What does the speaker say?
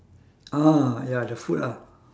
ah ya the food ah